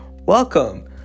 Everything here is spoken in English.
Welcome